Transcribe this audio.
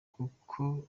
kuko